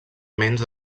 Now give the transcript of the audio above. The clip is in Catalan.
menys